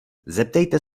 zeptejte